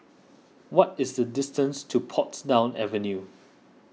what is the distance to Portsdown Avenue